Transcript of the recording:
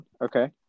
Okay